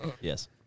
Yes